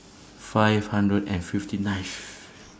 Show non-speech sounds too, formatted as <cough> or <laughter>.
<noise> five hundred and fifty ninth